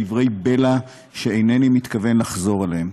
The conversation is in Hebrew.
איחולים למותו ודברי בלע שאינני מתכוון לחזור עליהם.